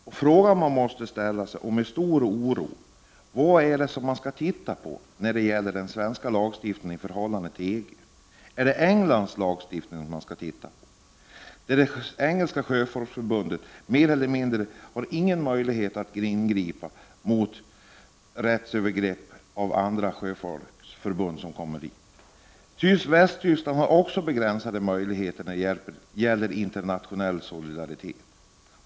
Den fråga som man då med stor oro måste ställa är vad denna arbetsgrupp skall titta på när det gäller den svenska lagstiftningen i förhållande till EG. Är det Storbritanniens lagstiftning som arbetsgruppen skall titta på? Det brittiska sjöfolksförbundet har knappast någon möjlighet att ingripa mot rättsövergrepp av andra sjöfolksförbund. I Västtyskland är möjligheterna till internationell solidaritet också begränsade.